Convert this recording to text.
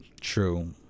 True